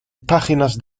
páginas